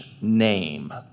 name